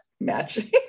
matching